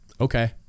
okay